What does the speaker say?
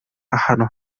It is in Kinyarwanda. ahantu